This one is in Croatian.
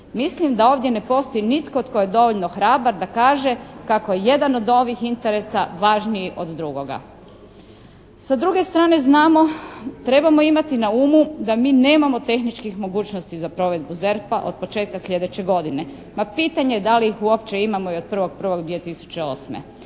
Mislim da ovdje ne postoji nitko tko je dovoljno hrabar da kaže kako je jedan od ovih interesa važniji od drugoga. Sa druge strane znamo trebamo imati na umu da mi nemamo tehnički mogućnosti za provedbu ZERP-a od početka sljedeće godine. Ma pitanje je da li ih uopće imamo i od 1.1.2008.